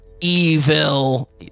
evil